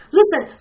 listen